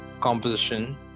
Composition